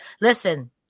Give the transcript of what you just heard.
listen